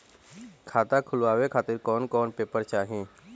खाता खुलवाए खातिर कौन कौन पेपर चाहीं?